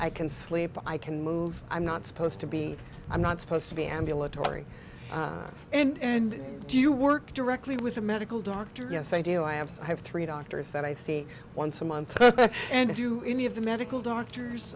i can sleep i can move i'm not supposed to be i'm not supposed to be ambulatory and do you work directly with a medical doctor yes i do i have so i have three doctors that i see once a month and do any of the medical doctors